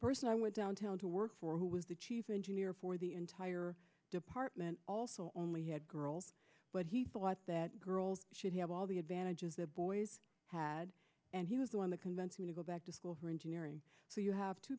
downtown to work for who was the chief engineer for the entire department also only had girls but he thought that girls should have all the advantages the boys had and he was going to convince me to go back to school for engineering so you have two